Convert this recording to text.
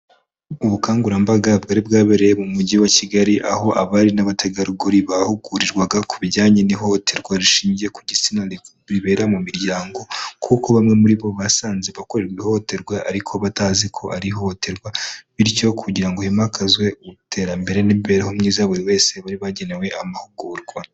Ubukangurambaga bwari bwabereye mu mujyi wa Kigali, aho abari n'abategarugori bahugurirwaga ku bijyanye n'ihohoterwa rishingiye ku gitsina ribera mu miryango, kuko bamwe muri bo basanze bakorerwa ihohoterwa ariko batazi ko ari ihohoterwa, bityo kugira ngo himakazwe iterambere n'imibereho myiza ya buri wese bari bagenewe amahugurwa.